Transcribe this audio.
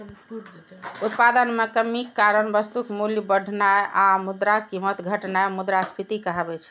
उत्पादन मे कमीक कारण वस्तुक मूल्य बढ़नाय आ मुद्राक कीमत घटनाय मुद्रास्फीति कहाबै छै